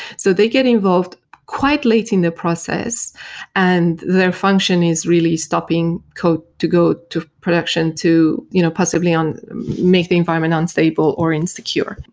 so they get involved quite late in the process and their function is really stopping code to go to production to you know possibly make the environment unstable or insecure,